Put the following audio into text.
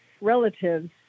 relatives